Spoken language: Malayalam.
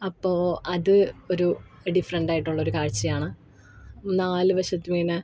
അപ്പോള് അത് ഒരു ഡിഫറൻ്റായിട്ടൊള്ളൊരു കാഴ്ചയാണ് നാലു വശത്തുമിങ്ങനെ